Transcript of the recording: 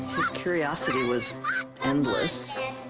his curiosity was endless